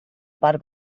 part